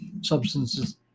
substances